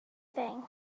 thing